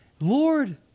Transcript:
Lord